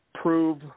prove